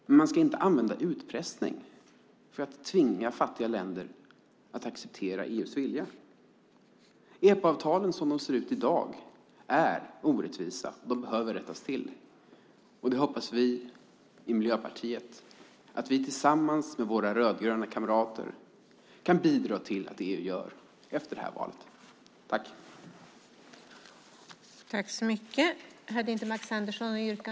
Men man ska inte använda utpressning för att tvinga fattiga länder att acceptera EU:s vilja. EPA-avtalen som de ser ut i dag är orättvisa. De behöver rättas till. Det hoppas vi i Miljöpartiet att vi tillsammans med våra rödgröna kamrater kan bidra till att EU gör efter det här valet. Fru talman! Jag yrkar bifall reservationerna 1 och 4.